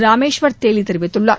ராமேஸ்வர் தேலி தெரிவித்துள்ளார்